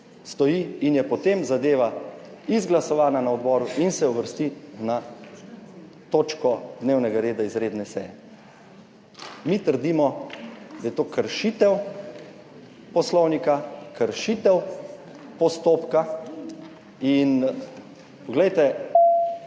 in je potem zadeva izglasovana na odboru in se uvrsti na točko dnevnega reda izredne seje. Mi trdimo, da je to kršitev Poslovnika, kršitev postopka in poglejte,